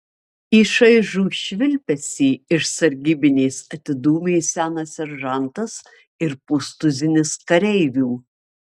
į šaižų švilpesį iš sargybinės atidūmė senas seržantas ir pustuzinis kareivių